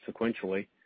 sequentially